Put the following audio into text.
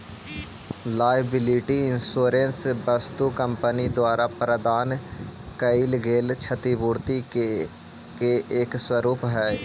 liability insurance वस्तु company द्वारा प्रदान कैइल गेल क्षतिपूर्ति के एक स्वरूप हई